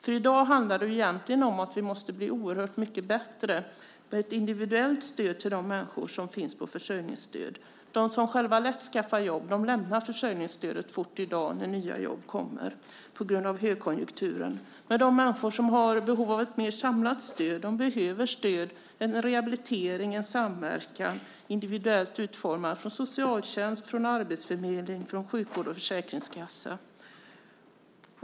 I dag handlar det egentligen om att vi måste bli oerhört mycket bättre på att ge ett individuellt stöd till de människor som går på försörjningsstöd. De som själva lätt skaffar jobb lämnar försörjningsstödet snabbt i dag när nya jobb kommer på grund av högkonjunkturen, men de människor som har behov av ett mer samlat stöd behöver stöd, rehabilitering och samverkan som är individuellt utformad från socialtjänst, arbetsförmedling, sjukvård och Försäkringskassan.